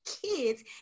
kids